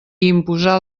imposar